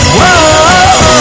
Whoa